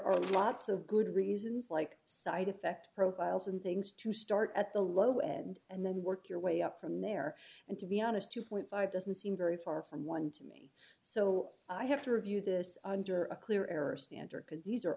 are lots of good reasons like side effect profiles and things to start at the low end and then work your way up from there and to be honest two dollars doesn't seem very far from one to me so i have to review this under a clear error standard because these are